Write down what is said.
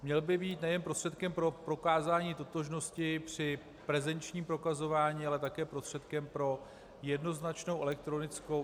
Měl by být nejen prostředkem pro prokázání totožnosti při prezenčním prokazování, ale také prostředkem pro jednoznačnou elektronickou identifikaci.